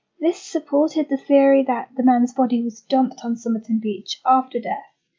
this supported the theory that the man's body was dumped on somerton beach after death,